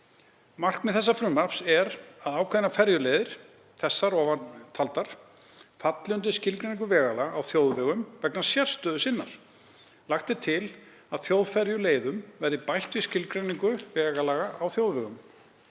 Markmið frumvarpsins er að ákveðnar ferjuleiðir, ofantaldar, falli undir skilgreiningu vegalaga á þjóðvegum vegna sérstöðu sinnar. Lagt er til að þjóðferjuleiðum verði bætt við skilgreiningu vegalaga á þjóðvegum.